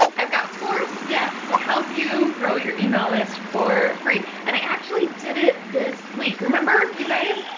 i've got four steps to help you grow your email list for free. and i actually did it this week. remember you guys,